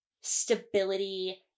stability